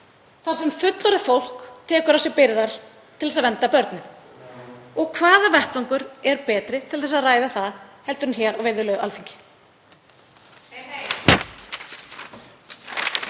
þar sem fullorðið fólk tekur á sig byrðar til að vernda börnin. Og hvaða vettvangur er betri til að ræða það heldur en hér á virðulegu Alþingi?